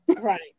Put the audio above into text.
Right